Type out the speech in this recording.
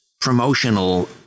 promotional